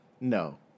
No